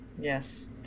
yes